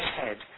head